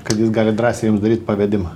kad jis gali drąsiai jums daryt pavedimą